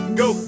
go